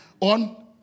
on